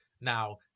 Now